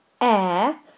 air